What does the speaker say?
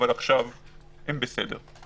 אבל עכשיו הם בסדר.